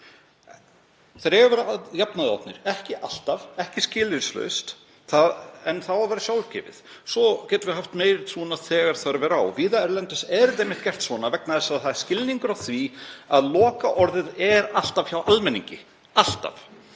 Fundirnir eiga að jafnaði að vera opnir, ekki alltaf, ekki skilyrðislaust, en það á að vera sjálfgefið. Svo getum við haft meiri trúnað þegar þörf er á. Víða erlendis er það einmitt gert svona vegna þess að það er skilningur á því að lokaorðið sé alltaf hjá almenningi. Alltaf.